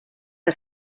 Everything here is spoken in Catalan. que